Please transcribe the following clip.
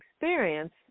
experience